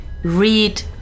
read